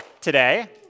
today